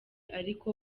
ariko